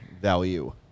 value